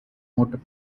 motor